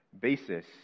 basis